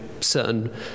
certain